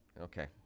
Okay